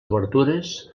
obertures